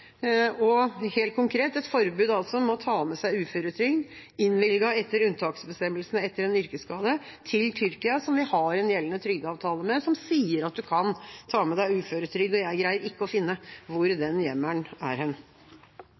Helt konkret: Et forbud mot å ta med seg en uføretrygd som er innvilget etter unntaksbestemmelsene etter en yrkesskade, til Tyrkia, som vi har en gjeldende trygdeavtale med, som sier at man kan ta med seg uføretrygd. Jeg greier ikke å finne hvor den hjemmelen